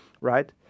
right